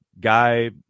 guy